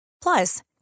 Plus